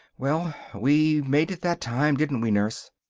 well, we made it that time, didn't we, nurse?